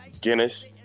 Guinness